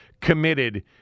committed